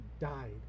died